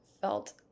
felt